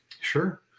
sure